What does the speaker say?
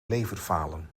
leverfalen